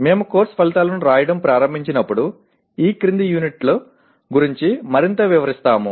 మేము కోర్సు ఫలితాలను రాయడం ప్రారంభించినప్పుడు ఈ క్రింది యూనిట్ల గురించి మరింత వివరిస్తాము